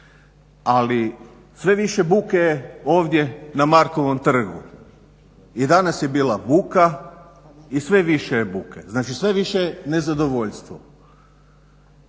ali sve više buke je ovdje na Markovom trgu. I danas je bila buka i sve više je buke. Znači, sve više je nezadovoljstvo.